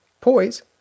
poise